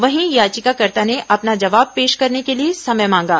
वहीं याचिकाकर्ता ने अपना जवाब पेश करने के लिए समय मांगा